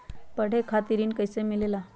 पढे खातीर ऋण कईसे मिले ला?